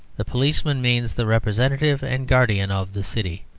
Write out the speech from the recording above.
the policeman means the representative and guardian of the city,